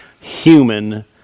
human